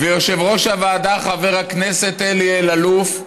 ויושב-ראש הוועדה חבר הכנסת אלי אלאלוף,